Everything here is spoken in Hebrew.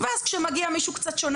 ואז כשמגיע מישהו קצת שונה,